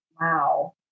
Wow